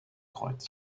kreuz